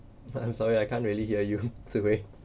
ha I'm sorry I can't really hear you sorry